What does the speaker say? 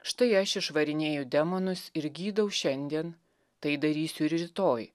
štai aš išvarinėju demonus ir gydau šiandien tai darysiu ir rytoj